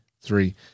Three